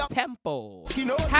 tempo